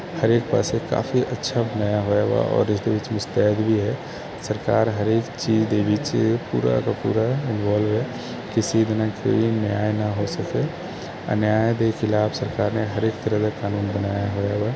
ਹਰੇਕ ਪਾਸੇ ਕਾਫੀ ਅੱਛਾ ਬਣਾਇਆ ਹੋਇਆ ਵਾ ਔਰ ਇਸਦੇ ਵਿੱਚ ਮੁਸਤੈਦ ਵੀ ਹੈ ਸਰਕਾਰ ਹਰੇਕ ਚੀਜ਼ ਦੇ ਵਿੱਚ ਪੂਰਾ ਦਾ ਪੂਰਾ ਇਨਵੋਲਵ ਹੈ ਕਿਸੀ ਦੇ ਨਾਲ ਕੋਈ ਨਿਆਂ ਨਾ ਹੋ ਸਕੇ ਅਨਿਆਂ ਦੇ ਖਿਲਾਫ਼ ਸਰਕਾਰ ਨੇ ਹਰੇਕ ਤਰ੍ਹਾਂ ਦਾ ਕਾਨੂੰਨ ਬਣਿਆ ਹੋਇਆ ਵਾ